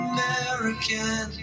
American